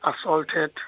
assaulted